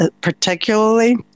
particularly